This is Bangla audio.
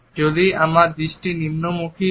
যদি আমার দৃষ্টি নিম্নগামী হয়